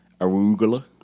Arugula